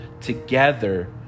together